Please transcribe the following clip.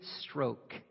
stroke